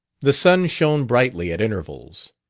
the sun shone brightly at intervals.